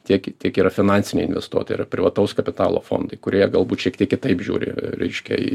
tiek tiek yra finansiniai investuotojai yra privataus kapitalo fondai kurie galbūt šiek tiek kitaip žiūri reiškia į